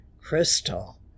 crystal